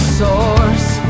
source